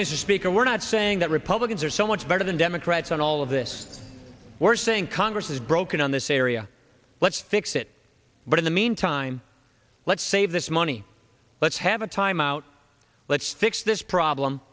mr speaker we're not saying that republicans are so much better than democrats on all of this we're saying congress is broken on this area let's fix it but in the meantime let's save this money let's have a timeout let's fix this problem